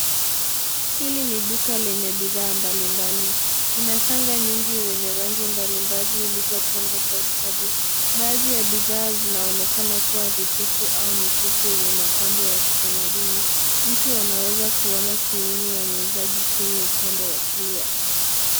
Hili ni duka lenye bidhaa mbalimbali. Kuna shanga nyingi zenye rangi mbalimbali zilizopangwa kwa ustadi. Baadhi ya bidhaa zinaonekana kuwa vikuku au mikufu yenye mapambo ya kitamaduni. Mtu anaweza kuona sehemu ya muuzaji chini upande wa kulia.